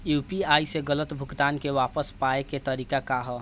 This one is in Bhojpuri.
यू.पी.आई से गलत भुगतान के वापस पाये के तरीका का ह?